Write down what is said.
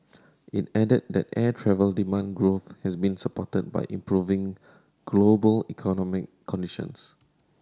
it added that air travel demand growth has been supported by improving global economic conditions